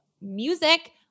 music